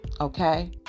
okay